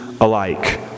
alike